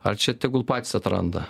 ar čia tegul patys atranda